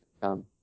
come